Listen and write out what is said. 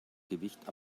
gewicht